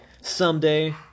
Someday